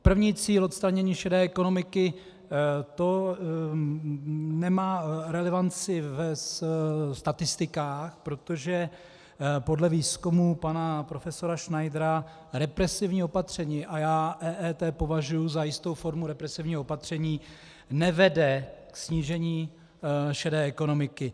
První cíl, odstranění šedé ekonomiky, to nemá relevanci ve statistikách, protože podle výzkumu pana profesora Schneidera represivní opatření, a já EET považuji za jistou formu represivního opatření, nevede k snížení šedé ekonomiky.